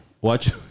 Watch